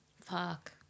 fuck